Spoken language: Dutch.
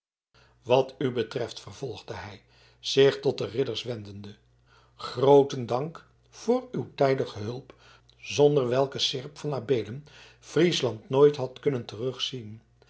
wat u betreft vervolgde hij zich tot de ridders wendende grooten dank voor uw tijdige hulp zonder welke seerp van adeelen friesland nooit had kunnen teruggezien